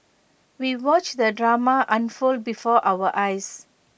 we watched the drama unfold before our eyes